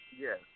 Yes